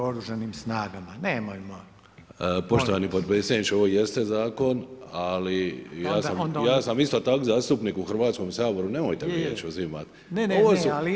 Poštovani potpredsjedniče ovo jeste zakon, ali ja sam isto tako zastupnik u Hrvatskom saboru, nemojte mi riječ uzimat.